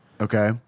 Okay